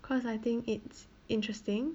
cause I think it's interesting